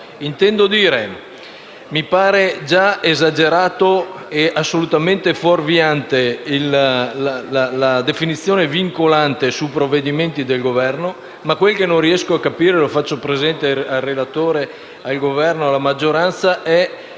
ambientale». Mi pare già esagerata e assolutamente fuorviante la definizione «vincolante» su provvedimenti del Governo, ma quel che non riesco a capire è - lo faccio presente alla relatrice, al Governo e alla maggioranza -